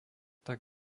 tak